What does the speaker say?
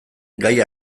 gai